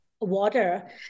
water